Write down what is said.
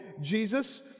Jesus